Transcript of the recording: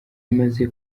bimaze